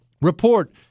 Report